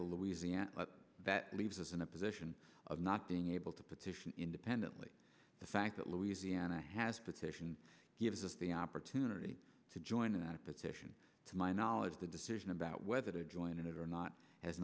the louisiana that leaves us in a position of not being able to petition independently the fact that louisiana has petitioned gives us the opportunity to join in on a petition to my knowledge the decision about whether to join it or not has